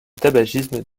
tabagisme